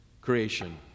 creation